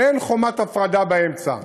אין חומת הפרדה באמצע.